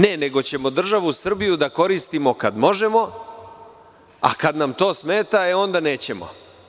Ne, nego ćemo državu Srbiju da koristimo kad možemo, a kad nam to smeta, e onda nećemo.